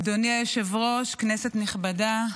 אדוני היושב-ראש, כנסת נכבדה,